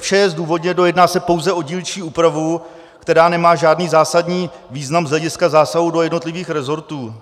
Vše je zdůvodněno, jedná se pouze o dílčí úpravu, která nemá žádný zásadní význam z hlediska zásahů do jednotlivých rezortů.